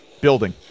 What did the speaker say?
Building